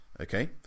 okay